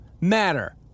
matter